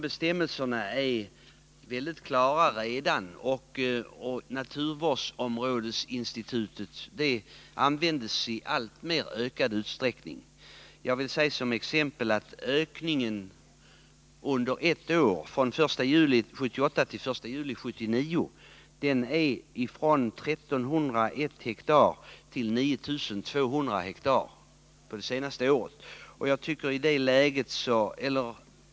Bestämmelserna är redan mycket klara, och naturvårdsområdesinstitutet används i ökad utsträckning. Jag vill som exempel nämna att det under det senaste året, från den 1 juli 1978 till den 1 juli 1979, ökat från 1 301 ha till 9 200 ha.